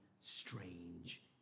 strange